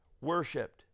worshipped